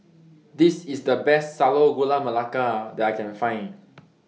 This IS The Best Sago Gula Melaka that I Can Find